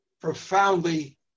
profoundly